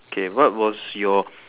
okay what was your